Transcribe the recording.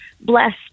blessed